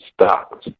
stop